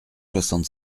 soixante